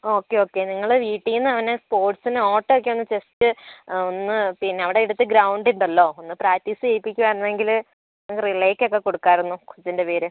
okay okay നിങ്ങൾ വീട്ടീൽ നിന്ന് അവനെ സ്പോർട്സിന് ഓട്ടം ഒക്കെയൊന്ന് ജസ്റ്റ് ഒന്ന് പിന്നെ അവിടെയടുത്ത് ഗ്രൗണ്ട് ഉണ്ടല്ലോ ഒന്ന് പ്രാക്ടീസ് ചെയ്യിപ്പിക്കുകയായിരുന്നെങ്കിൽ റിലേയ്ക്കൊക്കെ കൊടുക്കായിരുന്നു കൊച്ചിൻ്റെ പേര്